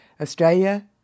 Australia